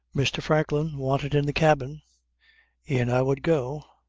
mr. franklin wanted in the cabin in i would go.